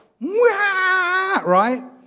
right